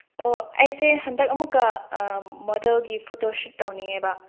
ꯑꯣ ꯑꯩꯁꯦ ꯍꯟꯗꯛ ꯑꯃꯨꯛꯀ ꯃꯣꯗꯦꯜꯒꯤ ꯐꯣꯇꯣꯁꯨꯠ ꯇꯧꯅꯤꯡꯉꯦꯕ